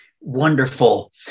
wonderful